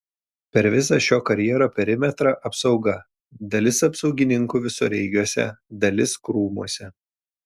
per visą šio karjero perimetrą apsauga dalis apsaugininkų visureigiuose dalis krūmuose